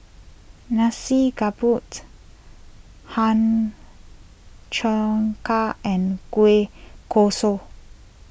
Nasi car boots ham Cheong Gai and Kueh Kosui